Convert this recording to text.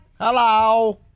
Hello